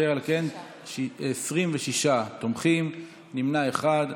אשר על כן, 26 תומכים, נמנע אחד.